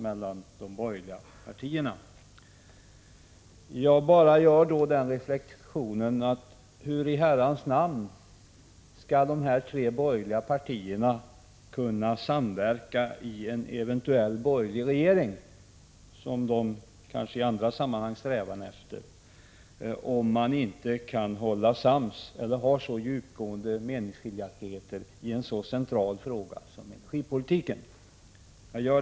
Jag gör bara reflexionen: Hur i Herrans namn skall de här tre partierna kunna samverka i en eventuell borgerlig regering, som de kanske i andra sammanhang strävar efter, om de har så djupgående meningsskiljaktigheter i en så central fråga som energipolitiken?